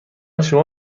شما